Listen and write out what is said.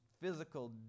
physical